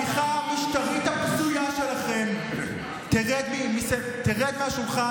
וההפיכה המשטרית הבזויה שלכם תרד מהשולחן